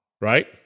right